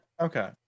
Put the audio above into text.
Okay